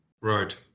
Right